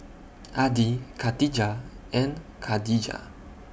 Adi Katijah and Khadija